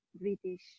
British